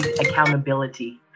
Accountability